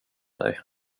dig